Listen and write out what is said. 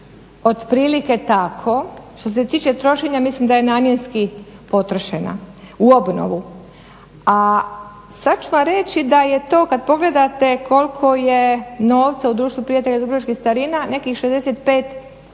otprilike tako. Što se tiče trošenja mislim da je namjenski potrošena u obnovu. A sad ću vam reći da je to kad pogledate koliko je novca u Društvu prijatelja dubrovačkih starina nekih 65 milijuna